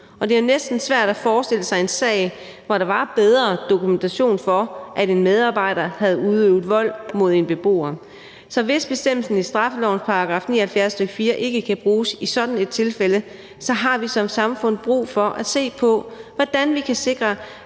og det er jo næsten svært at forestille sig en sag, hvor der var en bedre dokumentation for, at en medarbejder havde udøvet vold mod en beboer. Så hvis bestemmelsen i straffelovens § 79, stk. 4, ikke kan bruges i sådan et tilfælde, har vi som samfund brug for at se på, hvordan vi kan sikre,